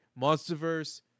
monsterverse